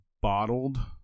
bottled